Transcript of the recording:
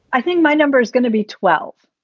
i think my number is going to be twelve.